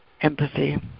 empathy